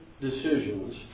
decisions